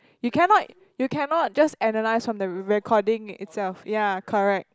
you cannot you cannot just analyse from the recording itself ya correct